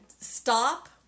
stop